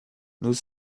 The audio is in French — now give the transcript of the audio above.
nous